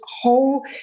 whole